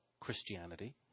Christianity